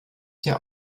der